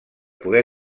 poder